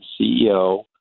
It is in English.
CEO